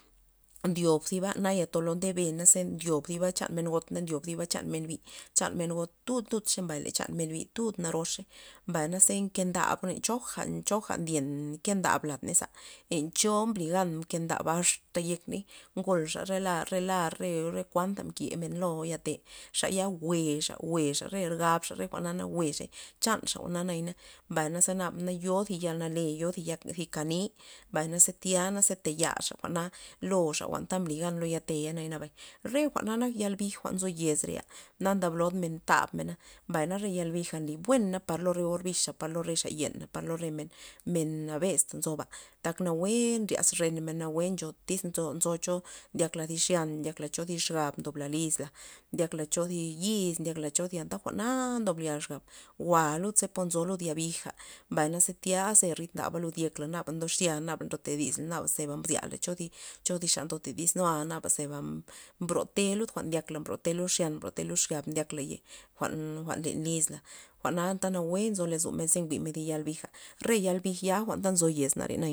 Ndyob ziba naya ntolo ndebe za ndyob thiba chan re men got na ndyob thi chan xa bi, chan men got tud ludxey le chan men bi tud naroxey mbay naze nke ndab lencho choja- choja ndyen nken ndab lad ney za, len cho mbly gan mken ndab asta yek ney ngol xa re lar re- re kuanpa mke men lo ya te' xa ya jwe'xa jwe'xa na gabxa re jwa'naza jwe'zey chanxa jwa'na na mbayna naba ze yo zi yal nale yo zi kani mbay na ze tya ze tayaxa jwa'na lo xa ta mbly gana lo ya teina' nabay, re jwa'na nak yal bij nzo yez rea' na ndab blod men tabmena mbay na re yal bij nly buena par lo re orbix par lo rexa yena par lo re men nabez ta nzoba tak nawue nryaz renmen nawue ncho tyz nzo- nzo cho ndyak ty xan ndyak cho thi xab ndobla lizla ndyakla cho zi yiz nkyakla cho thi anta jwa'na ndob blya xab, jwa' ludze po nzo lud yabij mbay naze tya ze rid ndaba luda yekla naba ndoxya naba ndo te disla nabaze mzyala cho cho zi ndo tya nde disnua naba ze bro te lud jwa'n ndyak la mbrote lud xyan mbrote lud xab ndyak yekla jwa'n- jwa'n len lizla jwa'na anta nzo lozomen njimen thi yal bij re yal bij ya nzo ta yez nare na.